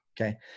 Okay